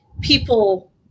people